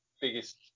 biggest